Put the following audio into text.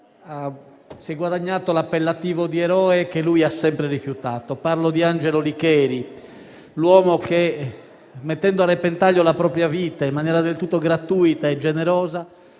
guadagnandosi l'appellativo di eroe, che però ha sempre rifiutato. Parlo di Angelo Licheri, l'uomo che, mettendo a repentaglio la propria vita in maniera del tutto gratuita e generosa,